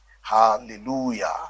hallelujah